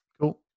Cool